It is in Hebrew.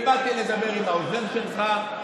באתי לדבר עם העוזר שלך,